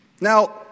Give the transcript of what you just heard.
Now